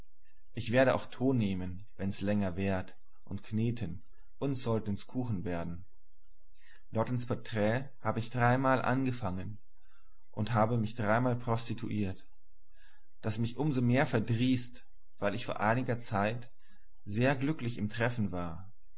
ich werde auch ton nehmen wenn's länger währt und kneten uns sollten's kuchen werden lottens porträt habe ich dreimal angefangen und habe mich dreimal prostituiert das mich um so mehr verdrießt weil ich vor einiger zeit sehr glücklich im treffen war